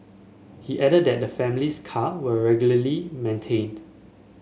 he added that the family's car were regularly maintained